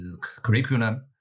curriculum